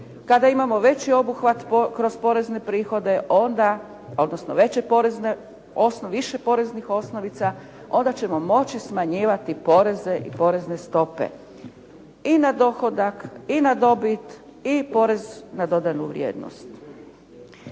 Kada imamo veći obuhvat kroz porezne prihode onda, odnosno veće porezne, odnosno više poreznih osnovica onda ćemo moći smanjivati poreze i porezne stope i na dohodak i na dobit i porez na dodanu vrijednost.